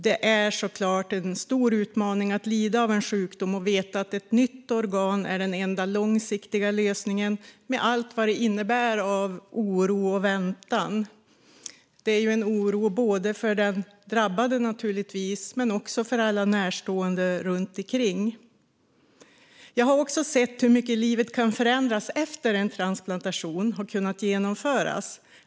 Det är såklart en stor utmaning att lida av en sjukdom och veta att ett nytt organ är den enda långsiktiga lösningen, med allt vad det innebär av oro och väntan för både den drabbade och närstående. Jag har också sett hur mycket livet kan förändras efter att en transplantation kunnat genomföras.